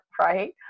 right